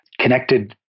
connected